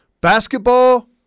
Basketball